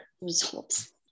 results